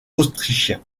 autrichien